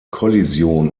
kollision